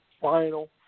Final